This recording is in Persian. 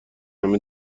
همه